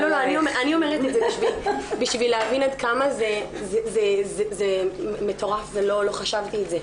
אני אומרת את זה בשביל להבין עד כמה זה מטורף ולא חשבתי את זה.